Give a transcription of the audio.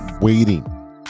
waiting